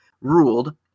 ruled